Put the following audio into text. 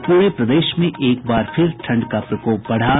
और पूरे प्रदेश में एक बार फिर ठंड का प्रकोप बढ़ा